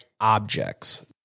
objects